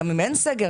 חכו שנייה",